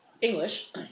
English